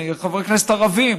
מחברי כנסת ערבים,